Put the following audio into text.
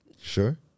Sure